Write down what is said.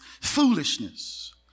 foolishness